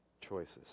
choices